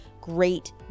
great